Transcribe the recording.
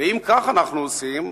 ואם כך אנחנו עושים,